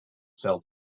sell